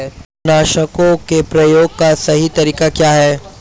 कीटनाशकों के प्रयोग का सही तरीका क्या है?